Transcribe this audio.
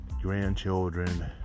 Grandchildren